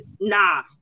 Nah